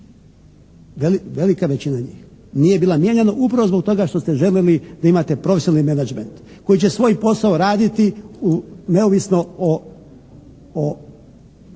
Velika većina njih nije bila mijenjana upravo zbog toga što ste želili da imate profesionalni menadžment koji će svoj posao raditi neovisno o